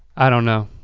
i don't know.